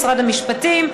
משרד המשפטים,